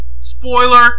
Spoiler